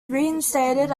reinstated